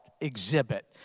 exhibit